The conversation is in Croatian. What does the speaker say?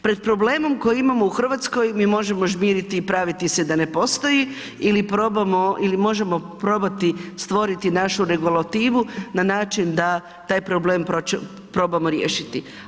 Pred problemom koji imamo u RH mi možemo žmiriti i praviti se da ne postoji ili probamo ili možemo probati stvoriti našu regulativu na način da taj problem probamo riješiti.